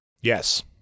Yes